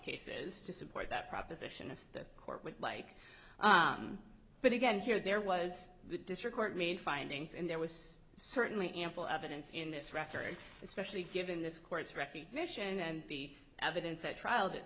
cases to support that proposition if the court would like but again here there was the district court made findings and there was certainly ample evidence in this record especially given this court's recognition and the evidence at trial that